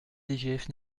dgf